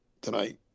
tonight